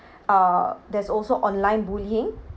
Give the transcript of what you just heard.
uh there's also online bullying